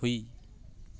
ꯍꯨꯏ